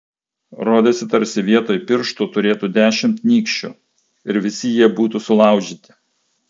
rodėsi tarsi vietoj pirštų turėtų dešimt nykščių ir visi jie būtų sulaužyti